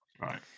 Right